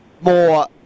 more